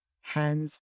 hands